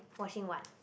washing what